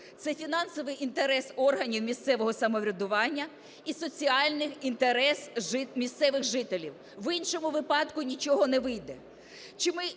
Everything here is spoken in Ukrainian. це фінансовий інтерес органів місцевого самоврядування і соціальний інтерес місцевих жителів. В іншому випадку нічого не вийде.